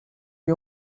lui